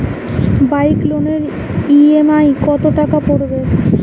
Bike লোনের EMI কত টাকা পড়বে?